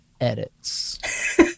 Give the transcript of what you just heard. edits